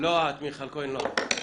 מיכל כהן, לא את.